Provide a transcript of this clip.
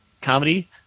comedy